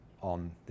on